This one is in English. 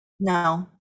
No